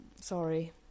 Sorry